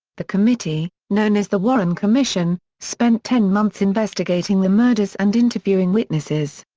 the committee, known as the warren commission, spent ten months investigating the murders and interviewing witnesses.